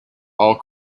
all